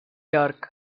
york